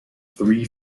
three